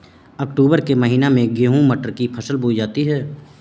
अक्टूबर के महीना में गेहूँ मटर की फसल बोई जाती है